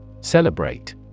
Celebrate